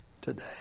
today